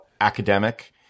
academic